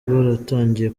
baratangiye